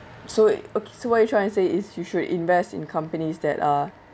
so it okay what you're trying to say is you should invest in companies that are